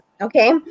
okay